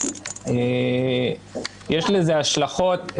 יש לזה השלכות.